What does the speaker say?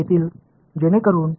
வலது புறத்தில் நான் என்ன பெறுவேன்